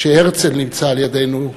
כשהרצל נמצא לידנו,